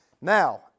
Now